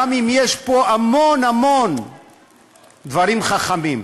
גם אם יש פה המון המון דברים חכמים.